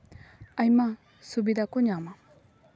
ᱟᱭᱢᱟ ᱥᱩᱵᱤᱫᱟ ᱠᱚ ᱧᱟᱢᱟ